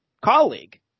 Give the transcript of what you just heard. colleague